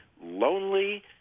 lonely